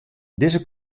dizze